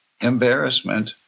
embarrassment